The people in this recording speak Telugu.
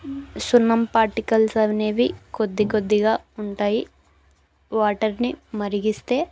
సున్నం పార్టికల్స్ అనేవి కొద్ది కొద్దిగా ఉంటాయి వాటర్ని మరిగిస్తే